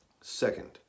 Second